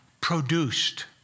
produced